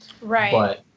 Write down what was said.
right